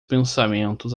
pensamentos